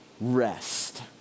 rest